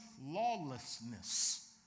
lawlessness